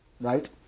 right